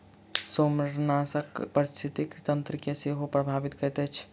सेमारनाशक पारिस्थितिकी तंत्र के सेहो प्रभावित करैत अछि